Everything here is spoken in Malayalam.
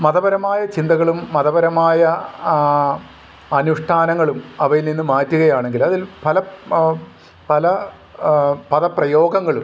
മതപരമായ ചിന്തകളും മതപരമായ അനുഷ്ഠാനങ്ങളും അവയിൽനിന്ന് മാറ്റുകയാണെങ്കിൽ അതിൽ പല പല പദപ്രയോഗങ്ങൾ